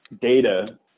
data